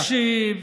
תקשיב,